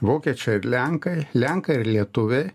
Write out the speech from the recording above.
vokiečiai ir lenkai lenkai ir lietuviai